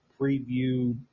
Preview